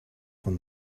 von